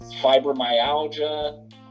Fibromyalgia